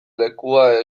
lekua